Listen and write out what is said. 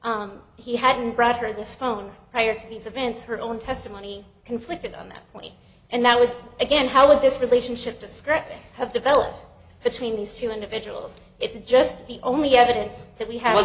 he hadn't brought her this phone prior to these events her own testimony conflicted on that point and that was again how would this relationship discredit have developed between these two individuals it's just the only evidence that we ha